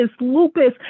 lupus